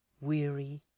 weary